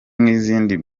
nk’izindi